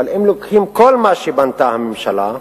אבל אם לוקחים כל מה שבנתה הממשלה,